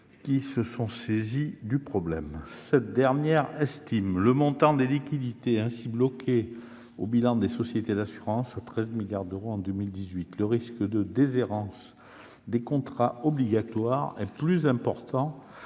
qui se sont saisies du problème. L'ACPR estime le montant des liquidités ainsi bloquées inscrites au bilan des sociétés d'assurances à 13 milliards d'euros en 2018. Le risque de déshérence des contrats obligatoires est plus important